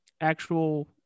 actual